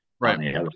Right